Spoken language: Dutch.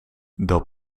dat